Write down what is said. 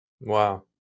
wow